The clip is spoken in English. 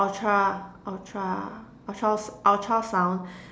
Ultra ultra Ultra s~ Ultrasound